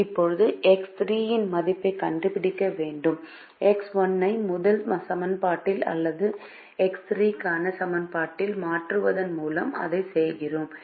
இப்போது X 3 இன் மதிப்பைக் கண்டுபிடிக்க வேண்டும் X1 ஐ முதல் சமன்பாட்டில் அல்லது X3 க்கான சமன்பாட்டில் மாற்றுவதன் மூலம் அதைச் செய்கிறோம்